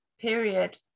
period